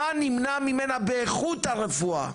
מה נמנע ממנה, באיכות הרפואה?